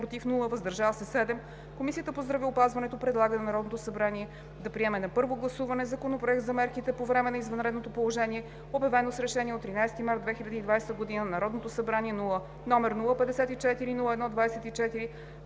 гласа „въздържал се“ Комисията по здравеопазването предлага на Народното събрание да приеме на първо гласуване Законопроект за мерките по време на извънредното положение, обявено с Решение от 13 март 2020 г. на Народното събрание, № 054-01-24,